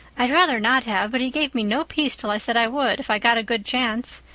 i'd rather not have, but he gave me no peace till i said i would, if i got a good chance.